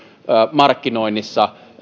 markkinoinnissa